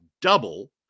double